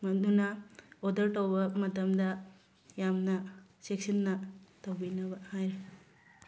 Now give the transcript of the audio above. ꯃꯗꯨꯅ ꯑꯣꯔꯗꯔ ꯇꯧꯕ ꯃꯇꯝꯗ ꯌꯥꯝꯅ ꯆꯦꯛꯁꯤꯟꯅ ꯇꯧꯕꯤꯅꯕ ꯍꯥꯏꯔꯤ